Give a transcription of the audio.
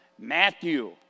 Matthew